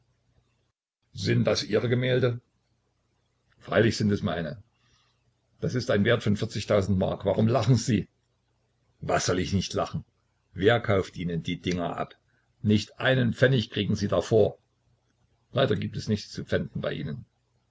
sind das ihre gemälde freilich sind es meine das ist ein wert von vierzigtausend mark warum lachen sie was soll ich nicht lachen wer kauft ihnen die dinger ab nicht einen pfennig kriegen sie davor leider gibt es nichts zu pfänden bei ihnen